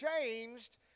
changed